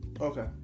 Okay